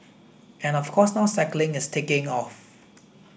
and of course now cycling is taking off